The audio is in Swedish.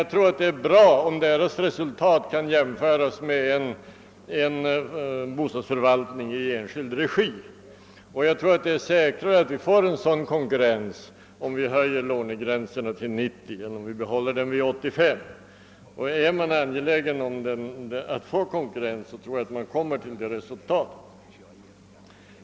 Jag tror att det är bra om deras resultat kan jämföras med en bostadsförvaltning i enskild regi. Vi får säk rare en sådan konkurrens om lånegränsen höjs till 90 procent än om den bibehålles vid 85 procent. är man angelägen om att få konkurrens bör man alltså höja den övre lånegränsen.